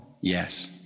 Yes